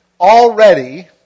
already